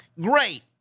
Great